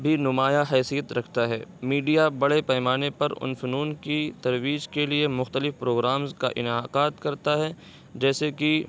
بھی نمایاں حیثیت رکھتا ہے میڈیا بڑے پیمانے پر ان فنون کی ترویج کے لیے مختلف پروگرامز کا انعاقاد کرتا ہے جیسے کہ